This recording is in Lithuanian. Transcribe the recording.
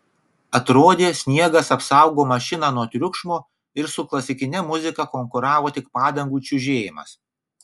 atrodė sniegas apsaugo mašiną nuo triukšmo ir su klasikine muzika konkuravo tik padangų čiužėjimas